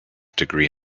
degree